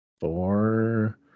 four